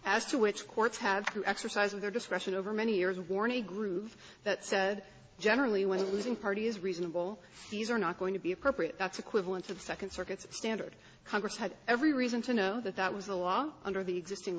as to which courts have to exercise their discretion over many years worn a groove that said generally one losing party is reasonable these are not going to be appropriate that's equivalent to the second circuit standard congress had every reason to know that that was a law under the existing